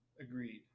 Agreed